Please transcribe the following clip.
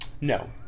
No